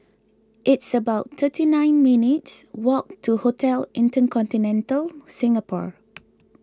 it's about thirty nine minutes walk to Hotel Inter Continental Singapore